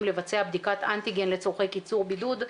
לבצע בדיקת אנטיגן לצרכי קיצור בידוד.